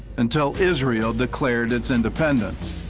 until israel declared its independence.